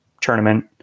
tournament